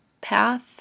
path